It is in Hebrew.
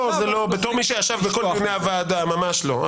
בתור מי שישב בכל דיוני הוועדה, ממש לא.